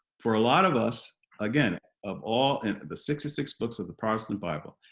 for a lot of us again of all and the sixty six books of the protestant bible,